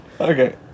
Okay